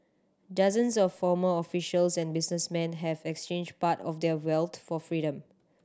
dozens of former officials and businessmen have exchanged part of their wealth for freedom